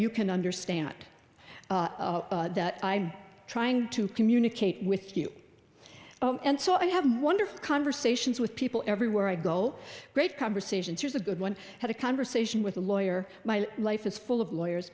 you can understand that i'm trying to communicate with you and so i have wonderful conversations with people everywhere i go great conversations here's a good one had a conversation with a lawyer my life is full of lawyers